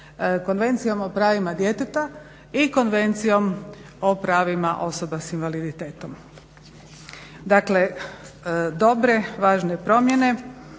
Konvencijom o pravima djeteta i Konvencijom o pravima osoba s invaliditetom. Dakle dobre, važne promjene.